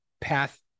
path